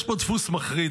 יש פה דפוס מחריד.